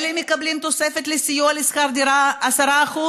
אלה מקבלים תוספת לסיוע בשכר דירה 10%,